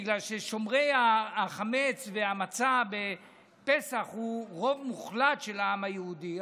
בגלל ששומרי החמץ והמצה בפסח הם רוב מוחלט של העם היהודי.